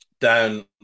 down